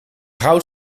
hout